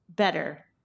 Better